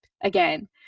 again